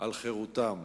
על חירותם.